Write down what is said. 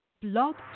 Blog